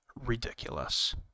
ridiculous